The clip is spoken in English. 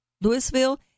Louisville